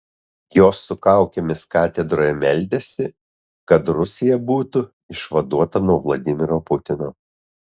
jos su kaukėmis katedroje meldėsi kad rusija būtų išvaduota nuo vladimiro putino